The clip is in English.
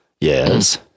yes